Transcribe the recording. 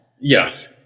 Yes